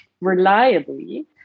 reliably